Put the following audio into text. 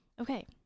Okay